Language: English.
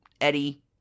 Eddie